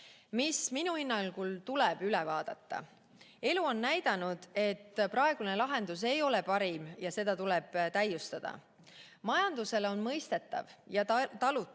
mis minu hinnangul tuleb üle vaadata. Elu on näidanud, et praegune lahendus ei ole parim ja seda tuleb täiustada. Majandusele on mõistetav ja talutav,